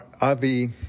Avi